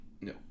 No